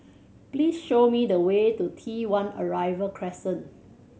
please show me the way to T One Arrival Crescent